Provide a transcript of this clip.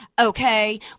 Okay